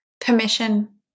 permission